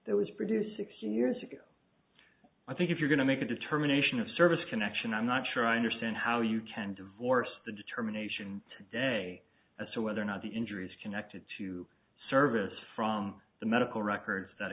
that was produced six years ago i think if you're going to make a determination of service connection i'm not sure i understand how you can divorce the determination today as to whether or not the injuries connected to service from the medical records